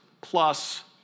plus